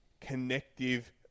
connective